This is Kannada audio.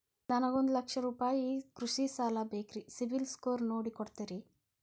ನನಗೊಂದ ಲಕ್ಷ ರೂಪಾಯಿ ಕೃಷಿ ಸಾಲ ಬೇಕ್ರಿ ಸಿಬಿಲ್ ಸ್ಕೋರ್ ನೋಡಿ ಕೊಡ್ತೇರಿ?